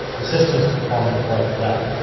the system is performing quite well.